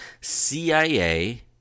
CIA